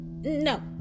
No